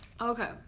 okay